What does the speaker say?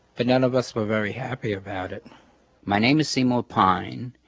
but none of us were very happy about it my name is seymour pine.